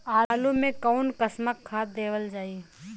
आलू मे कऊन कसमक खाद देवल जाई?